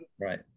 right